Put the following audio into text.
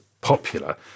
popular